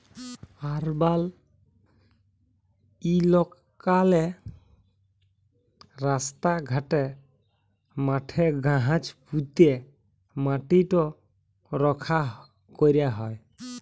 আরবাল ইলাকাললে রাস্তা ঘাটে, মাঠে গাহাচ প্যুঁতে ম্যাটিট রখ্যা ক্যরা হ্যয়